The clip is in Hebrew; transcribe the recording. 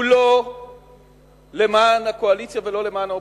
הוא לא למען הקואליציה ולא למען האופוזיציה.